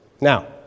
Now